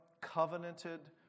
covenanted